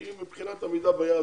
כי מבחינת עמידה ביעד,